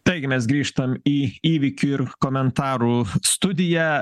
taigi mes grįžtam į įvykių ir komentarų studiją